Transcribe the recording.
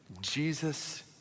Jesus